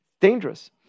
dangerous